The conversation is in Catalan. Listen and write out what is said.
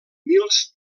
mils